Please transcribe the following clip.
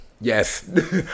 Yes